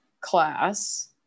class